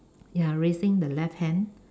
ya raising the left hand